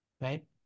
right